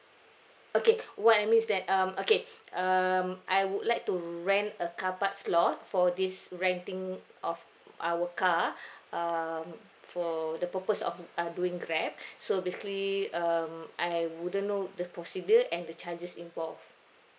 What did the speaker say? okay what I mean is that um okay um I would like to rent a car park slot for this renting of our car um for the purpose of uh doing grab so basically um I Iwouldn't know the procedure and the charges involved